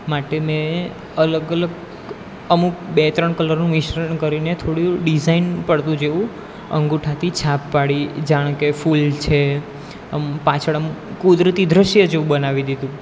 માટે મેં અલગ અલગ અમુક બે ત્રણ કલરનું મિશ્રણ કરીને થોડું ડિઝાઇન પડતું જેવું અંગૂઠાથી છાપ પાડી જાણે કે ફૂલ છે આમ પાછળ આમ કુદરતી દૃશ્ય જેવું બનાવી દીધું